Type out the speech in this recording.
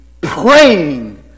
praying